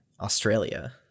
Australia